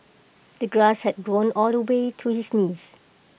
the grass had grown all the way to his knees